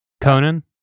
Conan